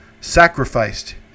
sacrificed